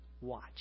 Watch